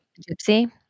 Gypsy